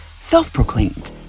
self-proclaimed